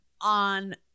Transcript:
on